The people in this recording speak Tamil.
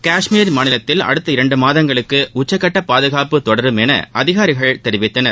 காஷ்மீர் மாநிலத்தில் அடுத்த இரண்டு மாதங்களுக்கு உச்சக்கட்ட பாதுகாப்பு தொடரும் என அதிகாரிகள் தெரிவித்தனர்